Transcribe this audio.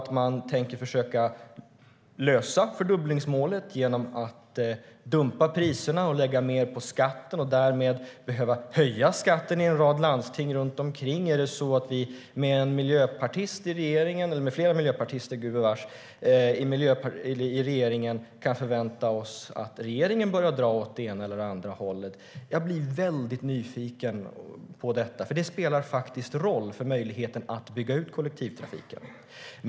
Tänker man försöka lösa fördubblingsmålet genom att dumpa priserna och lägga mer på skatten? Därmed skulle man behöva höja skatten i en rad landsting runt omkring. Är det så att vi med flera miljöpartister i regeringen kan förvänta oss att regeringen börjar dra åt det ena eller andra hållet? Jag blir väldigt nyfiken på detta, för det spelar faktiskt roll för möjligheten att bygga ut kollektivtrafiken.